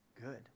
good